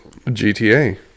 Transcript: GTA